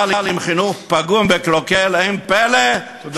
אבל אם החינוך פגום וקלוקל אין פלא, תודה.